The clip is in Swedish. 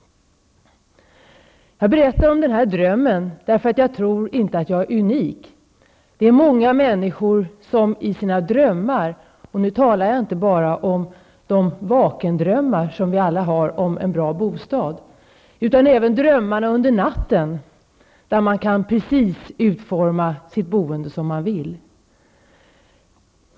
Jag berättar om den här drömmen därför att jag tror att jag inte är unik. Det är många människor som i sina drömmar -- och nu talar jag inte bara om de vakendrömmar som vi alla har om en bra bostad utan även om drömmarna under natten -- utformar sitt boende som de vill.